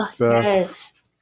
yes